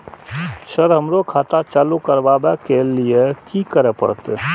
Sir हमरो खाता चालू करबाबे के ली ये की करें परते?